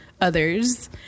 others